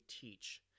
teach